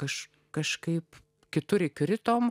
aš kažkaip kitur kritome